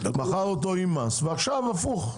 מכר אותו עם מס ועכשיו הפוך.